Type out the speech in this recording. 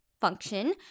function